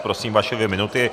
Prosím, vaše dvě minuty.